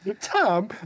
tom